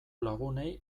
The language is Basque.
lagunei